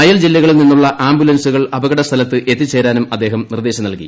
അയൽ ജില്ലകളിൽ നിന്നുള്ള ആംബുലൻസുകൾ അപകട സ്ഥലത്ത് എത്തിച്ചേരാനും അദ്ദേഹം നിർദ്ദേശം നൽകി